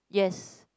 yes